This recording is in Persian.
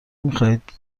میخواهید